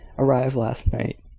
arrived last night,